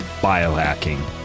biohacking